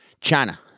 China